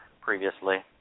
previously